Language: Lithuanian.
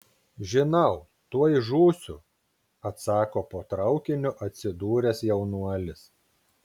žinau tuoj žūsiu atsako po traukiniu atsidūręs jaunuolis